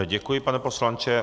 Děkuji, pane poslanče.